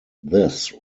this